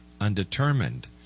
undetermined